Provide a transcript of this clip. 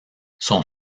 sont